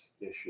issue